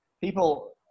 people